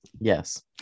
Yes